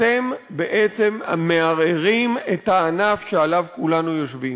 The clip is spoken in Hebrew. אתם בעצם מערערים את הענף שעליו כולנו יושבים.